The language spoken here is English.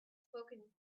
spoken